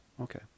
Okay